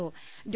O Dr